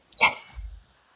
Yes